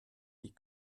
die